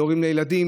של הורים וילדים,